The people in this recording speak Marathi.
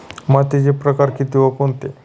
मातीचे प्रकार किती व कोणते?